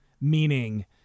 meaning